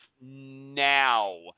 now